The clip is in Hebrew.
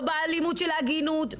לא באלימות של עגינות,